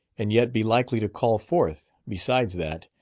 and yet be likely to call forth, besides that,